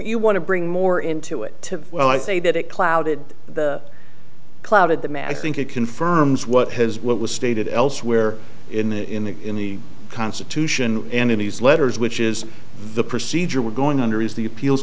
you want to bring more into it to well i say that it clouded the clouded the math i think it confirms what has what was stated elsewhere in the in the constitution and in these letters which is the procedure we're going under is the appeals